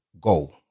go